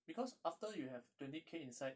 because after you have twenty K inside